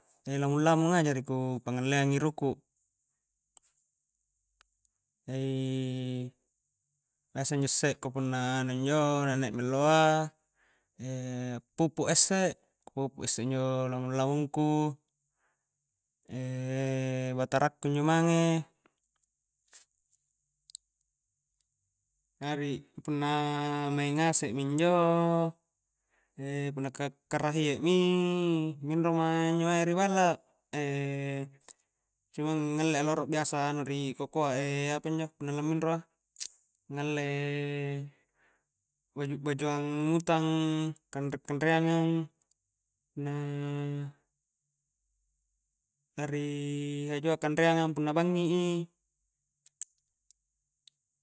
Lamung-lamunga jari ku pangalleangi rukuk e biasa injo isse kapunna anu injo naik-naik mi alloa e pupuk a isse, ku pupuk isse injo lamung-lamungku batara ku injo mange jari punna maing ngasek minjo punna kara-karahie mi minroma injo mae ri balla cumang ngallea rolo biasa anu ri kokoa apanjo punna la minro a ngalle baju-bajuang utang kanre-kanreangang na na ri hajua kanreangang punna bangngi i.